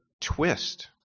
twist